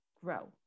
grow